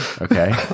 Okay